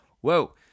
Whoa